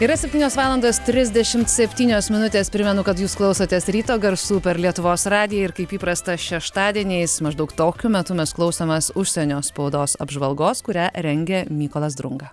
yra septynios valandos trisdešimt septynios minutės primenu kad jūs klausotės ryto garsų per lietuvos radiją ir kaip įprasta šeštadieniais maždaug tokiu metu mes klausomės užsienio spaudos apžvalgos kurią rengia mykolas drunga